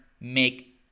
make